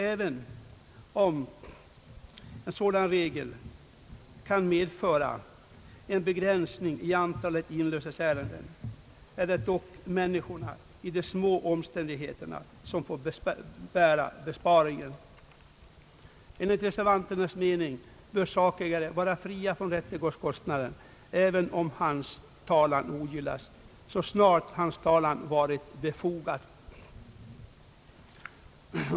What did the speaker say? även om en sådan regel i lagen kan medföra en begränsning i antalet inlösenärenden är det dock människor i små omständigheter som får bära följderna av besparingen. Enligt reservanternas mening bör sakägare vara friad från rättegångskostnader även om hans talan ogillas, så snart denna talan varit befogad.